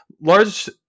Large